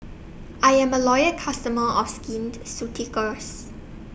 I Am A Loyal customer of Skin Ceuticals